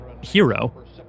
hero